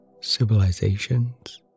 civilizations